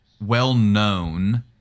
well-known